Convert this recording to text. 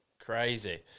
Crazy